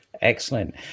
excellent